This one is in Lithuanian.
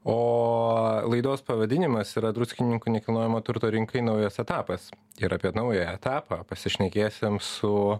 o laidos pavadinimas yra druskininkų nekilnojamo turto rinkai naujas etapas ir apie naują etapą pasišnekėsim su